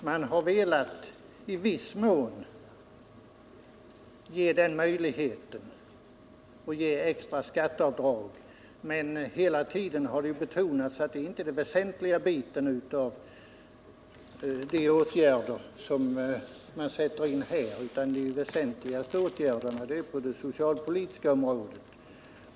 Herr talman! Ja, det är riktigt. Man har velat i viss mån medge en möjlighet till extra skatteavdrag, men hela tiden har det ju betonats att det inte är den väsentliga delen av de åtgärder som här sätts in. De väsentliga åtgärderna ligger på det socialpolitiska området.